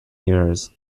years